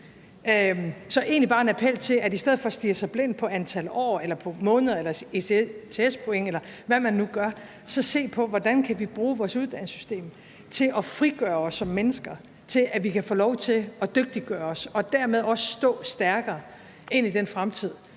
er egentlig bare en appel til, at man i stedet for at stirre sig blind på antal år, måneder, ECTS-point, eller hvad man nu gør, så ser på, hvordan vi kan bruge vores uddannelsessystem til at frigøre os som mennesker, til at få lov til at dygtiggøre os og dermed også stå stærkere i den fremtid,